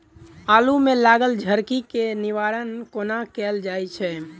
आलु मे लागल झरकी केँ निवारण कोना कैल जाय छै?